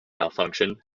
malfunction